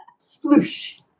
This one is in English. Sploosh